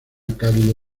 cálido